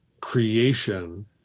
creation